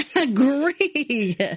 Agree